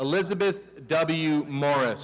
elizabeth w mor